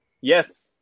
Yes